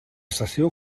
cessió